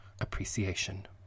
appreciation